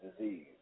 disease